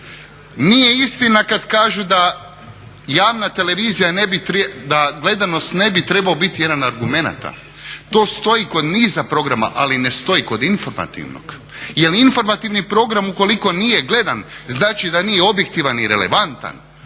ne bi trebala, da gledanost ne bi trebao biti jedan od argumenata, to stoji kod niza programa, ali ne stoji kod informativnog. Jer informativni program ukoliko nije gledan znači da nije objektivan i relevantan.